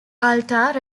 altar